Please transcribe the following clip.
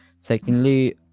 Secondly